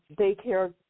daycare